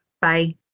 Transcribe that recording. Bye